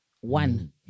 One